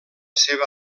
seva